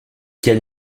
quel